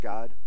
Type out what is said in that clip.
God